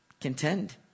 contend